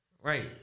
Right